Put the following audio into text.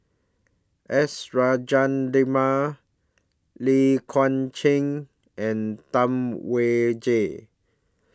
S Rajendran Lai Kew Chai and Tam Wai Jia